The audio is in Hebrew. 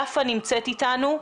יפה נמצאת איתנו.